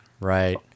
Right